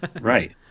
Right